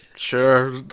Sure